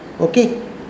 okay